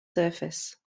surface